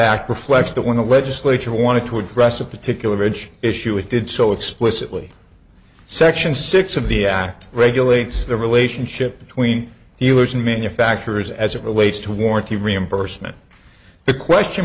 act reflects that when the legislature wanted to address a particular bridge issue it did so explicitly section six of the act regulates the relationship between the u s and manufacturers as it relates to warranty reimbursement the question